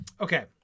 Okay